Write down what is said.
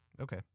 Okay